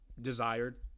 desired